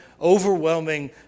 overwhelming